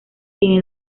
tiene